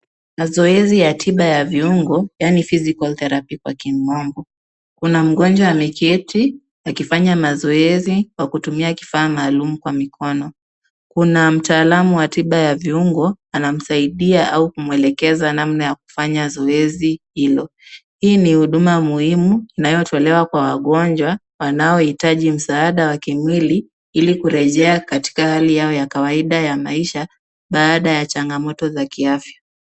Mazoezi ya tiba ya viungo yani Physical Therapy[ccs] kwa kimombo kuna mgonjwa ameketi akifanya mazoezi kwa kutumia kifaa maalum kwa mikono. Kuna mtaalamu wa tiba ya viungo anamsaidia au kumwelekeza namna ya kufanya zoezi hilo. Hii ni huduma muhimu inayotolewa kwa wagonjwa wanaohitaji msaada wa kimwili Ili kurejea katika hali yao ya kawaida ya kimaisha baada ya changamoto za kiafya.